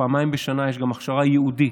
פעמיים בשנה יש גם הכשרה ייעודית,